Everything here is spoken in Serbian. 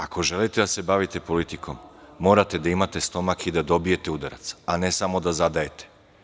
Ako želite da se bavite politikom, morate da imate stomak i da dobijete udarac, a ne samo da zadajete.